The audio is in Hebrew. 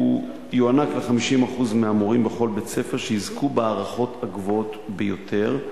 הוא יוענק ל-50% מהמורים בכל בית-ספר שיזכו בהערכות הגבוהות ביותר.